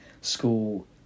school